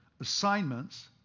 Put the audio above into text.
assignments